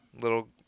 little